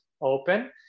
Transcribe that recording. open